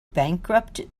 bankrupt